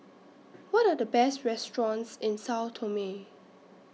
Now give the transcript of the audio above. What Are The Best restaurants in Sao Tome